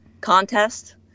contest